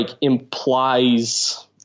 implies